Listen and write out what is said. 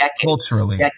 culturally